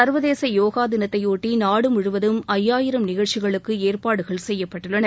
சர்வதேச யோகா தினத்தை ஒட்டி நாடு முழுவதும் ஐயாயிரம் நிகழ்ச்சிகளுக்கு ஏற்பாடு கெப்யப்பட்டுள்ளன